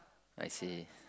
I see